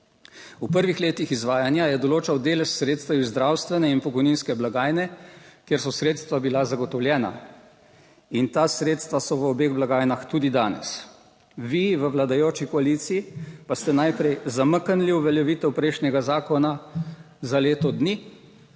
V prvih letih izvajanja je določal delež sredstev iz zdravstvene in pokojninske blagajne, kjer so sredstva bila zagotovljena in ta sredstva so v obeh blagajnah tudi danes. Vi v vladajoči koaliciji pa ste najprej zamaknili uveljavitev prejšnjega zakona za leto dni.